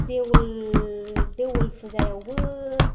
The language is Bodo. देवोल देवोल फुजायावबो